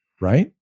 right